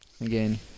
Again